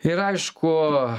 ir aišku